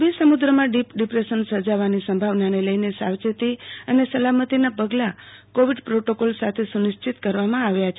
અરબી સમુદ્રમાં deep depression સર્જાવાની સંભાવનાને લઈને સાવચેતી અને સલામતીના પગલાં કોવિડ પ્રોટોકોલ સાથે સુનિશ્ચિત કરવામાં આવ્યા છે